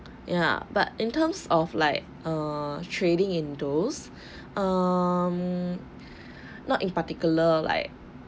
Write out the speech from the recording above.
yeah but in terms of like err trading in those um not in particular like